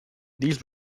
these